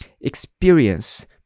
experience